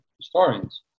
historians